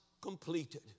completed